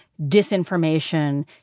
disinformation